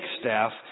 staff